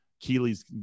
Keely's